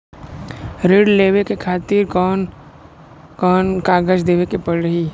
ऋण लेवे के खातिर कौन कोन कागज देवे के पढ़ही?